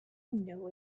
know